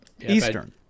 Eastern